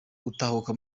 gutahuka